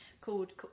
Called